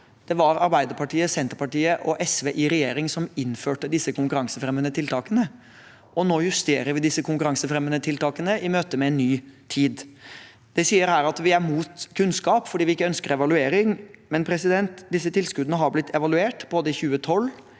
Det var Arbeiderpartiet, Senterpartiet og SV i regjering som innførte disse konkurransefremmende tiltakene, og nå justerer vi disse konkurransefremmende tiltakene i møte med en ny tid. Det sies her at vi er imot kunnskap fordi vi ikke ønsker evaluering, men disse tilskuddene har blitt evaluert både i 2012,